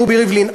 רובי ריבלין?